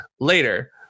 later